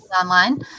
online